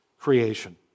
creation